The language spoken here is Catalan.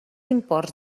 imports